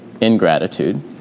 ingratitude